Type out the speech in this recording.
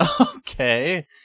okay